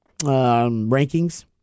rankings